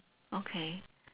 okay